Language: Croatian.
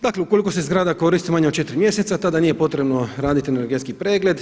Dakle, ukoliko se zgrada koristi manje od 4 mjeseca, tada nije potrebno raditi energetski pregled.